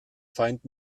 feind